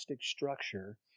structure